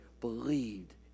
believed